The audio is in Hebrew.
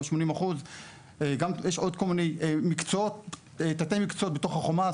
יש עוד כל מיני תתי מקצועות בתוך החומ"ס,